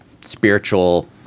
spiritual